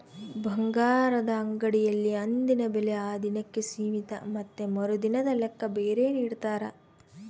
ಬಂಗಾರದ ಅಂಗಡಿಗಳಲ್ಲಿ ಅಂದಿನ ಬೆಲೆ ಆ ದಿನಕ್ಕೆ ಸೀಮಿತ ಮತ್ತೆ ಮರುದಿನದ ಲೆಕ್ಕ ಬೇರೆ ನಿಡ್ತಾರ